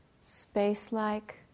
space-like